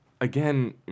again